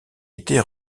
était